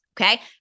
okay